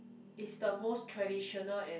is the most traditional and